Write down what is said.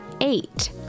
eight